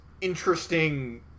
interesting